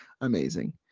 Amazing